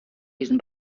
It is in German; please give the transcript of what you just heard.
diesen